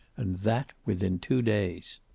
and that within two days.